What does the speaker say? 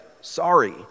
sorry